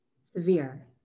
severe